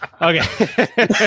Okay